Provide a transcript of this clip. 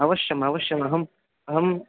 अवश्यम् अवश्यम् अहम् अहम्